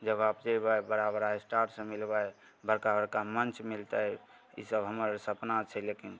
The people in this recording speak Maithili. जब आप जेबै बड़ा बड़ा स्टारसे मिलबै बड़का बड़का मञ्च मिलतै ईसब हमर सपना छै लेकिन